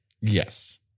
Yes